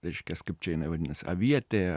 reiškias kaip čia jinai vadinasi avietė